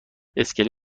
اسکله